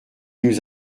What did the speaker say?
nous